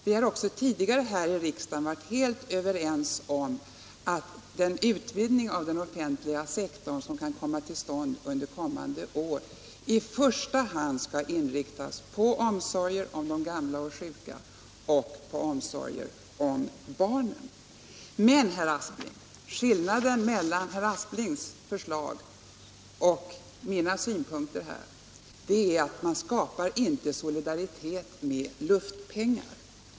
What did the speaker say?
Vi har dessutom tidigare här i riksdagen varit helt överens om att den utvidgning av den offentliga sektorn som kan komma till stånd under kommande år i första hand skall inriktas på omsorgen om de gamla och sjuka och på omsorger om barnen. Men skillnaden mellan herr Asplings förslag och mina synpunkter är att man inte skapar solidaritet med luftpengar.